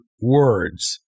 words